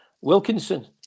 Wilkinson